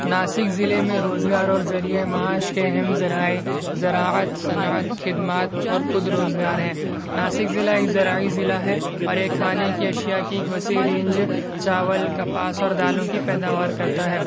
ناسک ضلع میں روزگار اورذریعہ معاش کے اہم ذرائع زراعت صنعت خدمات اور خود روز گار ہیں ناسک ضلع ایک زرعی ضلع ہے اور کھانے کی اشیاء کی ایک وسیع رینج چاول کپاس اور دالوں کی پیداوار کرتا ہے